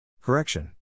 Correction